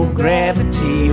gravity